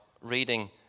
reading